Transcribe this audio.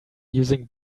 using